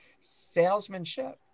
salesmanship